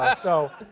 ah so